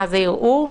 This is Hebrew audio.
זה ערעור?